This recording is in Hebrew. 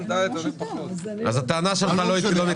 אז הטענה שלך לא מתקבלת.